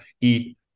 eat